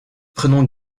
prenons